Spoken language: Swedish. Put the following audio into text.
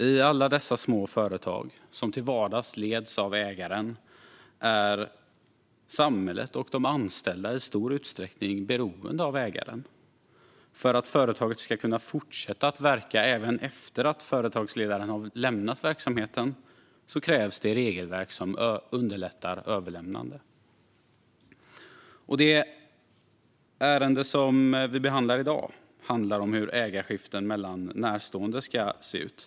I alla dessa små företag, som till vardags leds av ägaren, är samhället och de anställda i stor utsträckning beroende av ägaren. För att företaget ska kunna fortsätta att verka även efter att företagsledaren har lämnat verksamheten krävs det regelverk som underlättar överlämnande. Det ärende som vi behandlar i dag handlar om hur ägarskiften mellan närstående ska se ut.